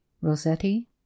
Rossetti